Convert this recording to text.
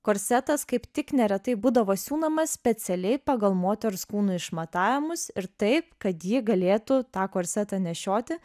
korsetas kaip tik neretai būdavo siūnamas specialiai pagal moters kūnų išmatavimus ir taip kad ji galėtų tą korsetą nešioti